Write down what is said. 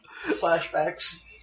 flashbacks